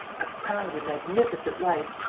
a proud and magnificent life.